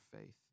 faith